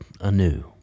anew